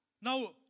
Now